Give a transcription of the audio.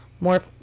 more